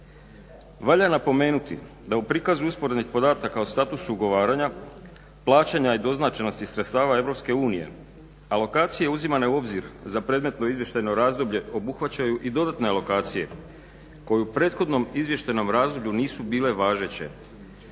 Valja napomenuti da u prikazu usporednih podataka o statusu ugovaranju, plaćanja i doznačenosti sredstava Europske unije, alokacije uzimane u obzir za predmetno izvještajno razdoblje obuhvaćaju i dodatne alokacije koje u prethodnom izvještajnom razdoblju nisu bile važeće